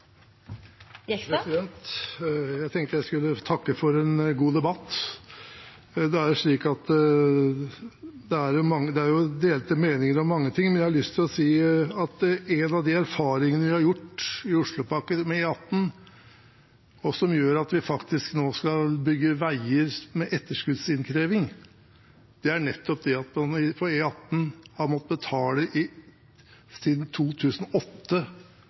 delte meninger om mange ting, men jeg har lyst til å si at en av de erfaringene vi har gjort med E18 i Oslopakke 3, og som gjør at vi nå faktisk skal bygge veier med etterskuddsinnkreving, er at man på E18 har måttet betale bompenger i bomringen på Lysaker siden 2008,